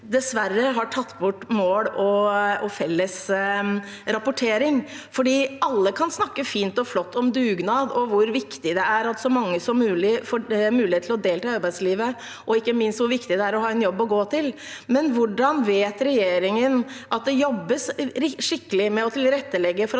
dessverre har tatt bort mål og felles rapportering. Alle kan snakke fint og flott om dugnad og om hvor viktig det er at så mange som mulig får mulighet til å delta i arbeidslivet, og ikke minst hvor viktig det er å ha en jobb å gå til. Men hvordan vet regjeringen at det jobbes skikkelig med å tilrettelegge for